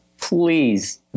please